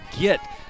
get